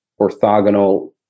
orthogonal